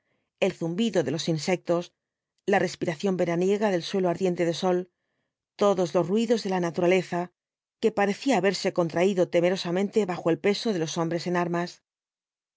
el zumbido de los insectos la respiración veraniega del suelo ardiente de sol todos los ruidos de la naturaleza que parecía haberse contraído temerosamente bajo el peso de los hombres en armas